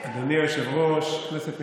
אדוני היושב-ראש, כנסת נכבדה,